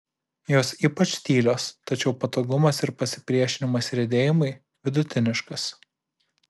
jos ypač tylios tačiau patogumas ir pasipriešinimas riedėjimui vidutiniškas